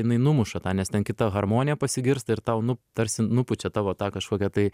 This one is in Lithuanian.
jinai numuša tą nes ten kita harmonija pasigirsta ir tau nu tarsi nupučia tavo tą kažkokią tai